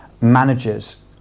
managers